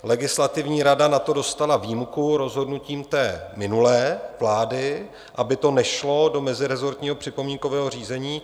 Legislativní rada na to dostala výjimku rozhodnutím minulé vlády, aby to nešlo do mezirezortního připomínkového řízení.